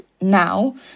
now